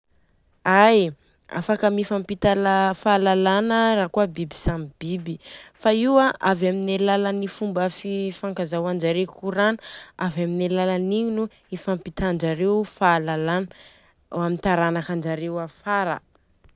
Ai, afaka mifampita ia fahalalana raha koa biby samby biby. Fa io avy amin'ny alalan'ny fomba fifankazaoanjareo koragna. Avy amin'ny alalan'igny no ifampitanjareo fahalalana ho any taranaka anjareo afara.